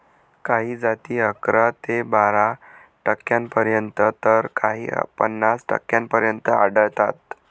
काही जाती अकरा ते बारा टक्क्यांपर्यंत तर काही पन्नास टक्क्यांपर्यंत आढळतात